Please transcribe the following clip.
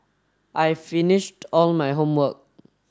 I've finished all my homework